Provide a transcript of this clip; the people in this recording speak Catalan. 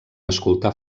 escoltar